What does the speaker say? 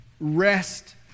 rest